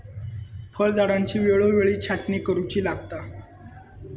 फळझाडांची वेळोवेळी छाटणी करुची लागता